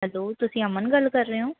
hello ਤੁਸੀਂ ਅਮਨ ਗੱਲ ਕਰ ਰਹੇ ਹੋ